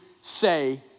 say